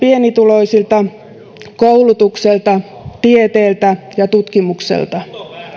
pienituloisilta koulutukselta tieteeltä ja tutkimukselta